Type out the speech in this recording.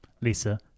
Lisa